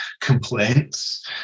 complaints